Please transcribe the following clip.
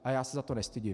A já se za to nestydím.